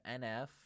NF